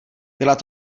byla